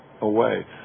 away